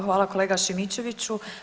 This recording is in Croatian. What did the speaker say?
Hvala kolega Šimičeviću.